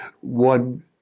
one